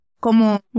como